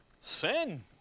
Sin